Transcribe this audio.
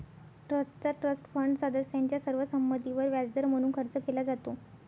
ट्रस्टचा trust fund सदस्यांच्या सर्व संमतीवर व्याजदर म्हणून खर्च केला जातो